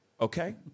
Okay